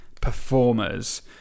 performers